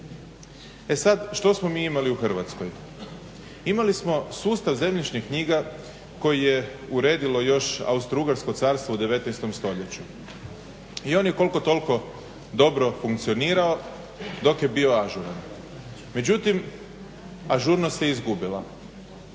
E sad što smo mi imali u Hrvatskoj? Imali smo sustav zemljišnih knjiga koji je uredilo još austrougarsko carstvo u 19. stoljeću i on je koliko toliko dobro funkcionirao dok je bio ažuran, međutim ažurnost se izgubila